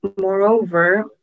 Moreover